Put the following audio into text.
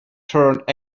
turned